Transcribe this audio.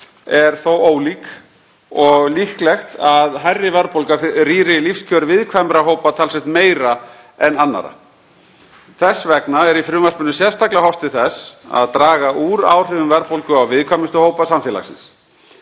er þó ólík og líklegt að hærri verðbólga rýri lífskjör viðkvæmra hópa talsvert meira en annarra. Þess vegna er í frumvarpinu sérstaklega horft til þess að draga úr áhrifum verðbólgu á viðkvæmustu hópa samfélagsins.